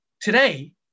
Today